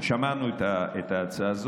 שמענו את ההצעה.